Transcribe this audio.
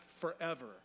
forever